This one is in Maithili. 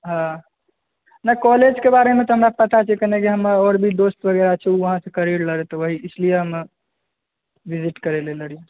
आ नहि कॉलेजके बारेमे तऽ हमरा पता छै कनि कऽ हमर आओर भी दोस्त बगैरह छै उहाँ से करै लए तऽ ओहि लेल इसलिए भिजिट करै लए रहियै